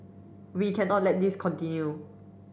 we cannot let this continue